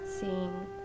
seeing